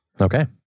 Okay